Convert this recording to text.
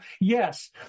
yes